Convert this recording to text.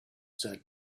said